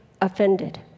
Offended